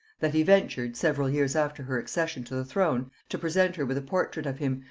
that he ventured, several years after her accession to the throne, to present her with a portrait of him,